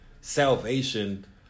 salvation